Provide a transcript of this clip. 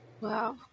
Wow